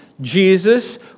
Jesus